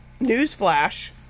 Newsflash